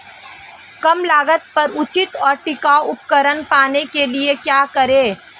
कम लागत पर उचित और टिकाऊ उपकरण पाने के लिए क्या करें?